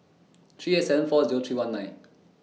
three eight seven four Zero three one nine